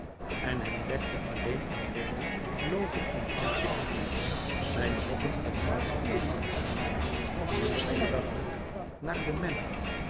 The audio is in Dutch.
en hem dekte alleen een ronde looveromrankte hoedje zijn lokkenomrankte hoofd nieuwsgieriglijk naar den menner